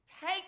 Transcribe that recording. take